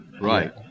Right